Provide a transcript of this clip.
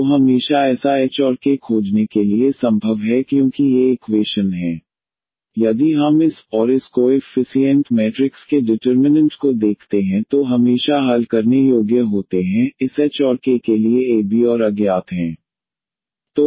dYdXaXbYahbkcaXbYahbkc जो हमेशा ऐसा h और k खोजने के लिए संभव है क्योंकि ये इक्वेशन हैं ahbkc0 ahbkc0 यदि हम इस a और इस कोएफ़्फिसिएंट मैट्रिक्स के डिटर्मिनन्ट को देखते हैं तो हमेशा हल करने योग्य होते हैं इस h और k के लिए a b और a b अज्ञात हैं